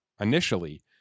initially